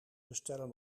bestellen